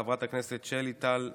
חברת הכנסת שלי טל מירון,